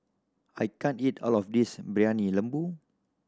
I can't eat all of this briyani lembu